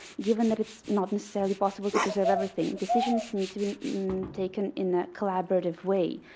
given that it's not necessarily possible to preserve everything, decisions need to be taken in that collaborative way.